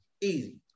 Easy